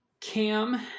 Cam